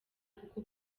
kuko